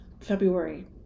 February